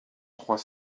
trois